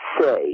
say